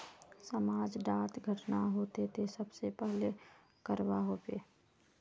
समाज डात घटना होते ते सबसे पहले का करवा होबे?